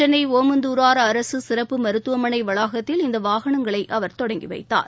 சென்னை ஒமந்தூரார் அரசு சிறப்பு மருத்துவமனை வளாகத்தில் இந்த வாகனங்களை அவர் தொடங்கிவைத்தார்